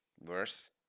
worse